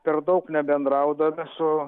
per daug nebendraudami su